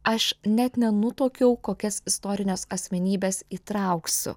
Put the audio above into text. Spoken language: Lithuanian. aš net nenutuokiau kokias istorines asmenybes įtrauksiu